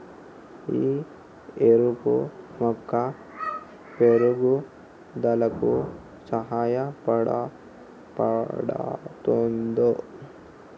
ఈ ఎరువు మొక్క పెరుగుదలకు సహాయపడుతదా?